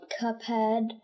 Cuphead